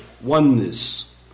oneness